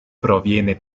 proviene